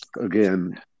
Again